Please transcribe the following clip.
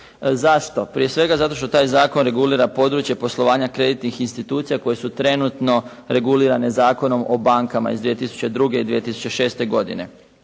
Zašto? Prije svega zato što taj zakon regulira područje poslovanja kreditnih institucija koje su trenutno regulirane Zakonom o bankama iz 2002. i 2006. godine.